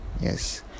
yes